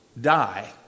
die